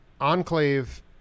enclave